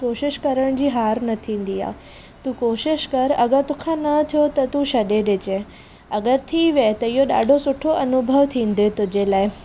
कोशिशि करण जी हार न थींदी आहे तूं कोशिशि करि अगरि तोखां न थियो त तूं छॾे ॾिजें अगरि थी वेई त इहो ॾाढो सुठो अनुभव थींदइ तुंहिंजे लाइ